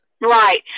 Right